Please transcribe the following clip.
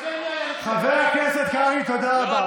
ותסתכל מי היה, חבר הכנסת קרעי, תודה רבה.